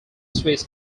swiss